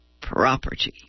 property